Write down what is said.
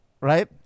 Right